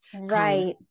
right